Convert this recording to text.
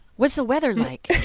what's the weather like?